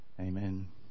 Amen